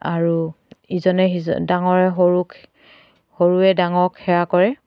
আৰু ইজনে সিজন ডাঙৰে সৰুক সৰুৱ ডাঙৰক সেৱা কৰে